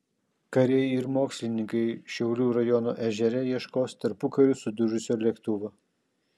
kariai ir mokslininkai šiaulių rajono ežere ieškos tarpukariu sudužusio lėktuvo